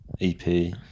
EP